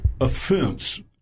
offense